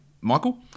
Michael